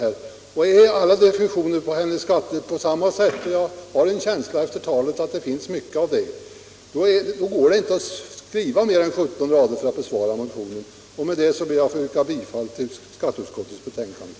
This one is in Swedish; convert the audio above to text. Är alla hennes definitioner på skatter sådana — och jag har en känsla av det efter att ha lyssnat på fru Karlssons anförande — går det inte att skriva mer än 17 rader för att besvara motionen. Herr talman! Med detta ber jag att få yrka bifall till utskottets hemställan.